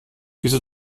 wieso